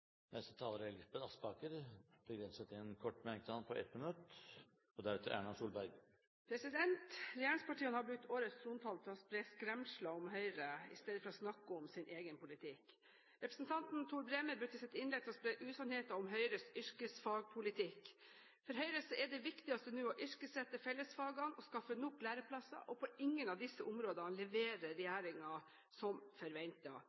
Regjeringspartiene har brukt årets trontaledebatt til å spre skremsler om Høyre istedenfor å snakke om sin egen politikk. Representanten Tor Bremer brukte sitt innlegg til å spre usannheter om Høyres yrkesfagpolitikk. For Høyre er det viktigste nå å yrkesrette fellesfagene og skaffe nok læreplasser, og på ingen av disse områdene leverer